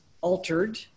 altered